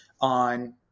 on